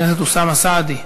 חבר הכנסת אוסאמה סעדי,